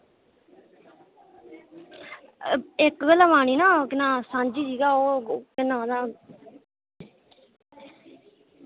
इक गै लवानी ना केह् नां सांझी जगह ओ केह् नां ओह्दा